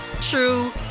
true